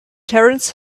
terence